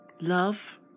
love